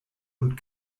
und